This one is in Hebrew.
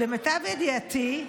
למיטב ידיעתי,